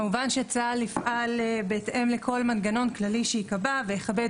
כמובן שצה"ל יפעל בהתאם לכל מנגנון כללי שייקבע ויכבד